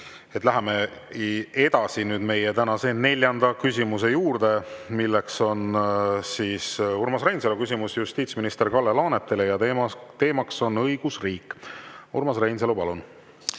Läheme edasi tänase neljanda küsimuse juurde, milleks on Urmas Reinsalu küsimus justiitsminister Kalle Laanetile. Teema on õigusriik. Urmas Reinsalu, palun!